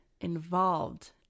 involved